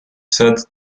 said